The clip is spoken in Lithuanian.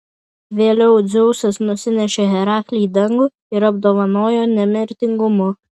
vėliau dzeusas nusinešė heraklį į dangų ir apdovanojo nemirtingumu